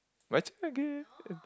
but actually again